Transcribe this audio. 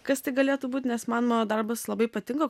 kas tai galėtų būt nes mano darbas labai patinka